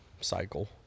cycle